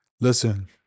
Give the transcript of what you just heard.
Listen